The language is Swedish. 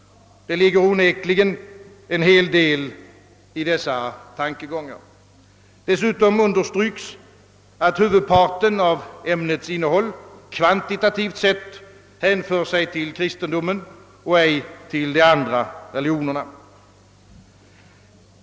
Det ligger onekligen en hel del i dessa tankegångar. Dessutom understryks, att huvudparten av ämnets innehåll, kvantitativt sett, hänför sig till kristendomen och ej till de andra religionerna.